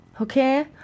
Okay